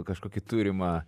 kažkokį turimą